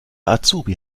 azubi